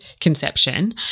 conception